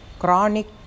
chronic